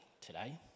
today